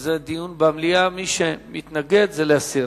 זה דיון במליאה, מי שמתנגד זה להסיר.